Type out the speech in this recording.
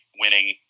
winning